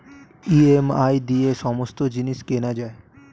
EMI দিয়ে সমস্ত জিনিস কেনা যায়